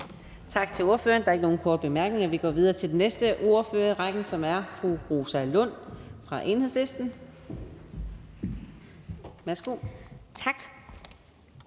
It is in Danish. Tak til ordføreren. Der er ikke nogen korte bemærkninger, så vi går videre til den næste ordfører i rækken, som er hr. Torsten Gejl fra Alternativet. Værsgo. Kl.